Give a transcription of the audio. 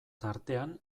tartean